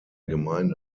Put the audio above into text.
gemeinde